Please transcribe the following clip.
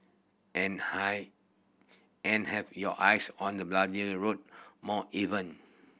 and high and have your eyes on the bloody road more even